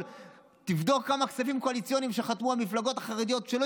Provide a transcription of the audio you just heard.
תבדוק כמה כספים קואליציוניים שחתמו המפלגות החרדיות ולא